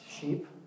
sheep